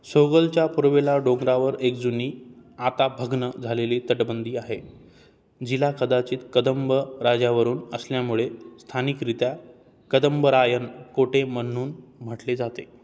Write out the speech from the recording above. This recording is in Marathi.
सोगलच्या पूर्वेला डोंगरावर एक जुनी आता भग्न झालेली तटबंदी आहे जिला कदाचित कदंब राजावरून असल्यामुळे स्थानिकरित्या कदंबरायन कोटे म्हणून म्हटले जाते